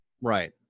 Right